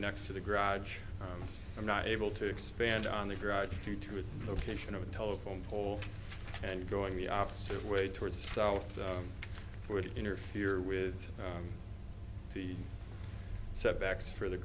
next to the garage i'm not able to expand on the garage do to a location of a telephone pole and going the opposite way towards the south would interfere with the setbacks for the